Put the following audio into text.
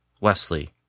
Wesley